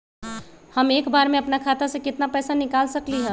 हम एक बार में अपना खाता से केतना पैसा निकाल सकली ह?